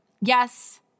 Yes